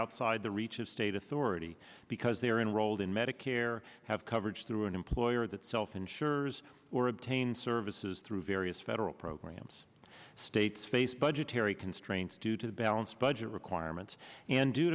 outside the reach of state authority because they are enrolled in medicare have coverage through an employer that self insurers or obtain services through various federal programs states face budgetary constraints due to balanced budget requirements and due